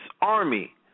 Army